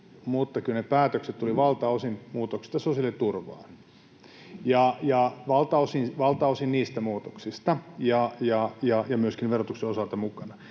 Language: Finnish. mutta kyllä ne päätökset tulivat valtaosin muutoksista sosiaaliturvaan, valtaosin niistä muutoksista, ja myöskin verotus oli osaltaan mukana.